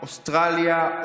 אוסטרליה,